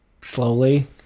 slowly